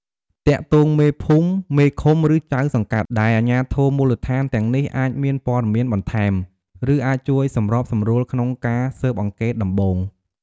ទាក់ទងមេភូមិ មេឃុំ ឬ ចៅសង្កាត់ ដែលអាជ្ញាធរមូលដ្ឋានទាំងនេះអាចមានព័ត៌មានបន្ថែម ឬអាចជួយសម្របសម្រួលក្នុងការស៊ើបអង្កេតដំបូង។